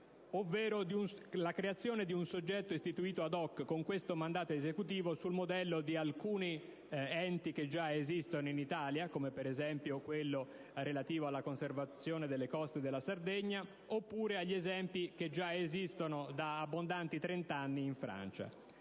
ovvero alla creazione di un soggetto istituito *ad hoc* con questo mandato esclusivo, sul modello di alcuni enti già esistenti in Italia, come ad esempio quello relativo alla conservazione delle coste della Sardegna, o come quelli che esistono già da più di trent'anni in Francia;